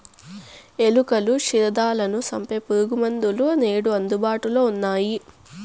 ఎలుకలు, క్షీరదాలను సంపె పురుగుమందులు నేడు అందుబాటులో ఉన్నయ్యి